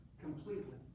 completely